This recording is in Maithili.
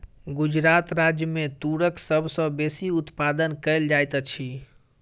गुजरात राज्य मे तूरक सभ सॅ बेसी उत्पादन कयल जाइत अछि